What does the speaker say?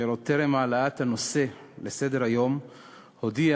אשר עוד טרם העלאת הנושא לסדר-היום הודיע